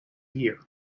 year